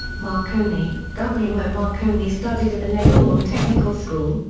marconi guglielmo marconi studied at the leghorn technical school,